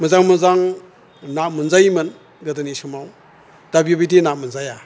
मोजां मोजां ना मोनजायोमोन गोदोनि समाव दा बेबायदि ना मोनजाया